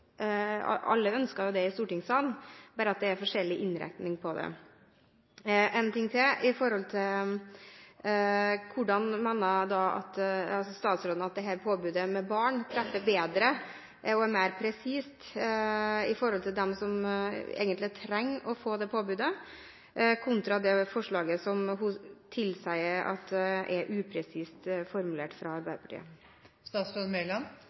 alle i stortingssalen ønsker det – bare at det er forskjellig innretning på det. En ting til: Hvordan mener statsråden at dette påbudet om vest for barn i båt treffer bedre og er mer presist når det gjelder dem som egentlig trenger å få det påbudet, kontra det forslaget fra Arbeiderpartiet som hun sier er upresist formulert?